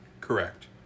Correct